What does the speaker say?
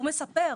הוא מספר.